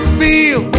feel